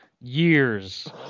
Years